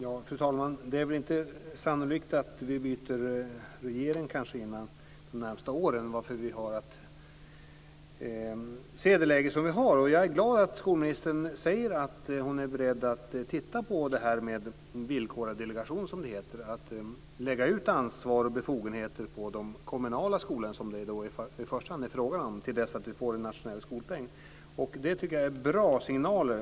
Fru talman! Det är inte sannolikt att vi byter regering inom de närmaste åren, varför vi har att se det läge som vi har. Jag är glad att skolministern säger att hon är beredd att titta på en villkorad delegation, som det heter, dvs. på att lägga ut ansvar och befogenheter på den kommunala skolan, som det i första hand är frågan om till dess att vi får en nationell skolpeng. Det tycker jag är bra signaler.